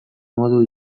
modu